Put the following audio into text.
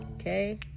okay